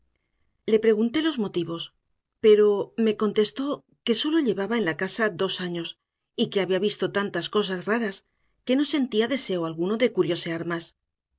le pregunté los motivos pero me contestó que sólo llevaba en la casa dos años y que había visto tantas cosas raras que no sentía deseo alguno de curiosear más